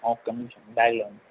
ఒక్క నిమిషం బ్యాగ్లో ఉంది